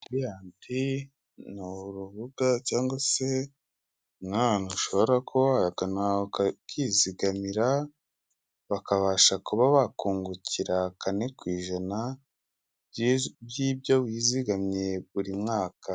Radiyati ni urubuga cyangwa se nk'ahantu ushobora kuba wagana ukizigamira bakabasha kuba bakungukira kane ku ijana ry'ibyo wizigamye buri mwaka.